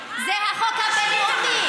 זה החוק הבין-לאומי,